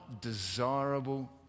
desirable